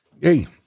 hey